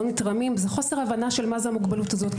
נתרמים זה חוסר הבנה של מה זו המוגבלות הזאת.